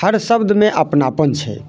हर शब्दमे अपनापन छै